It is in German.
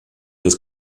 des